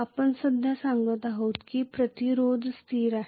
आपण सध्या सांगत आहोत की प्रतिरोध स्थिर आहे